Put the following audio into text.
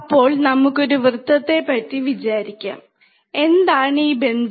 അപ്പോൾ നമുക്ക് ഒരു വൃത്തത്തെ പറ്റി വിചാരിക്കാം എന്താണ് ഈ ബിന്ദു